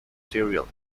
material